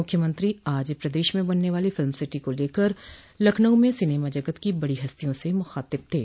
मुख्यमंत्री आज प्रदेश में बनने वाली फिल्म सिटी को लेकर लखनऊ में सिनेमा जगत की बड़ी हस्तियों से मुखातिब थे